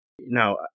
Now